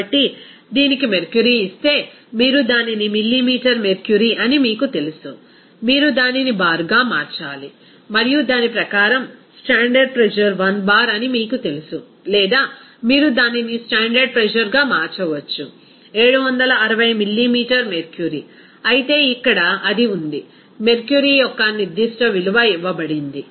కాబట్టి దీనికి మెర్క్యురీ ఇస్తే మీరు దానిని మిల్లీమీటర్ మెర్క్యురీ అని మీకు తెలుసు మీరు దానిని బార్గా మార్చాలి మరియు దాని ప్రకారం స్టాండర్డ్ ప్రెజర్ 1 బార్ అని మీకు తెలుసు లేదా మీరు దానిని స్టాండర్డ్ ప్రెజర్ గా మార్చవచ్చు 760 మిల్లీమీటర్ మెర్క్యురీ అయితే ఇక్కడ అది ఉంది మెర్క్యురీ యొక్క నిర్దిష్ట విలువ ఇవ్వబడింది